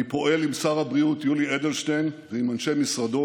אני פועל עם שר הבריאות יולי אדלשטיין ועם אנשי משרדו